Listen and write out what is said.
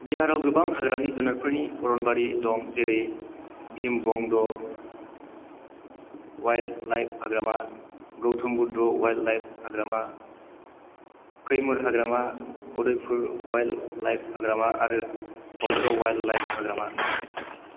बिहारआव गोबां हाग्रानि जुनारफोरनि अरनबारि दं जेरै भीमबन्ध' वाइल्ड लाइफ हाग्रामा गौतम बुद्ध वाइल्ड लाइफ हाग्रामा कैमुर हाग्रामा उदयपुर वाइल्ड लाइफ हाग्रामा आरो पन्त वाइल्ड लाइफ हाग्रामा